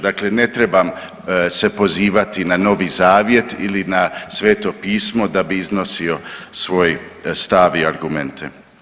Dakle, ne treba se pozivati na Novi Zavjet ili na Sveto Pismo da bi iznosio svoj stav i argumente.